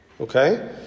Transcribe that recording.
Okay